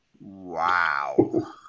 wow